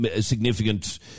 significant